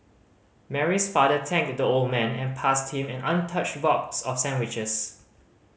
Mary's father thanked the old man and passed him an untouched box of sandwiches